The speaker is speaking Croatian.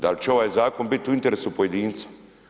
Da li će ovaj zakon biti u interesu pojedinca.